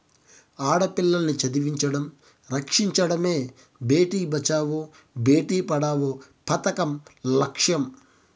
ఆడపిల్లల్ని చదివించడం, రక్షించడమే భేటీ బచావో బేటీ పడావో పదకం లచ్చెం